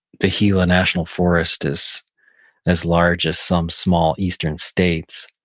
the gila national forest is as large as some small eastern states,